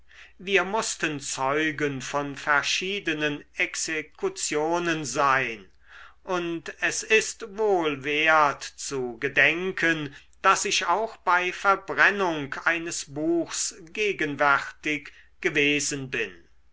wir mußten zeugen von verschiedenen exekutionen sein und es ist wohl wert zu gedenken daß ich auch bei verbrennung eines buchs gegenwärtig gewesen bin